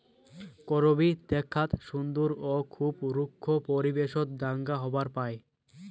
করবী দ্যাখ্যাত সুন্দর ও খুব রুক্ষ পরিবেশত ঢাঙ্গা হবার পায়